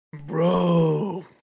bro